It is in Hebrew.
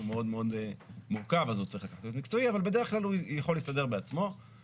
מאוד מאוד מורכב אבל בדרך כלל הוא יכול להסתדר בעצמו,